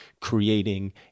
creating